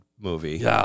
movie